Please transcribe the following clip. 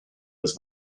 des